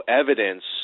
evidence